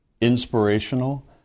inspirational